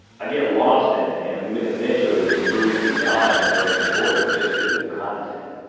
i get lost in it and um eventually move beyond the person's voice just to the content.